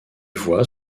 voies